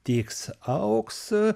dygs auksą